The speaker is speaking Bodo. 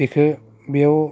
बेखौ बेयाव